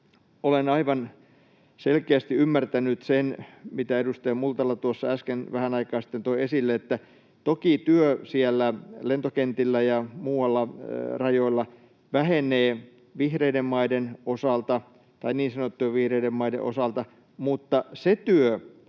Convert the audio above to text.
olen aivan selkeästi ymmärtänyt sen, mitä edustaja Multala tuossa äsken vähän aikaa sitten toi esille, että toki työ siellä lentokentillä ja muualla rajoilla vähenee niin sanottujen vihreiden maiden osalta, mutta se työ,